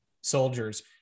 soldiers